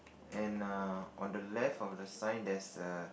and err on the left of the sign there's a